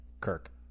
Kirk